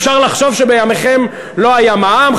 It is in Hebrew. אפשר לחשוב שבימיכם לא היה מע"מ,